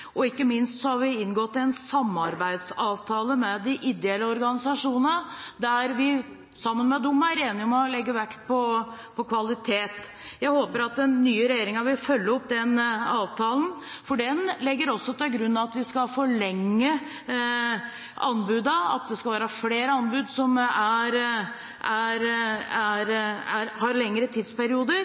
og ikke minst har vi inngått en samarbeidsavtale med de ideelle organisasjonene der vi er enige om å legge vekt på kvalitet. Jeg håper at den nye regjeringen vil følge opp den avtalen, for den legger også til grunn at vi skal forlenge anbudene, at det skal være flere anbud som